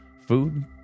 food